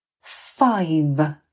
five